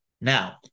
Now